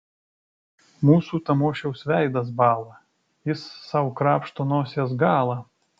mūsų tamošiaus veidas bąla jis sau krapšto nosies galą